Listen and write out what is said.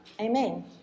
Amen